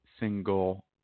single